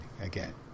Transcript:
again